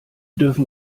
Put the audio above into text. dürfen